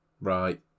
Right